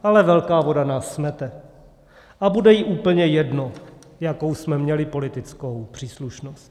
Ale velká voda nás smete a bude jí úplně jedno, jakou jsme měli politickou příslušnost.